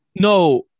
No